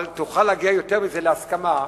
אבל תוכל להגיע בזה יותר להסכמה,